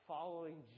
Following